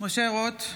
משה רוט,